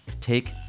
take